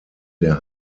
der